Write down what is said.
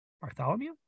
Bartholomew